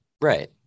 Right